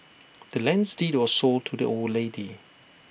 the land's deed was sold to the old lady